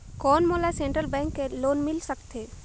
कौन मोला central bank ले लोन मिल सकथे?